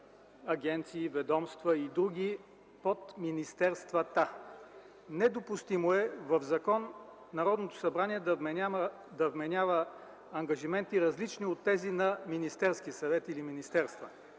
агенции, ведомства и други под министерствата. Недопустимо е в закон Народното събрание да вменява ангажименти, различни от тези на Министерския съвет или министерства